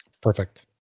Perfect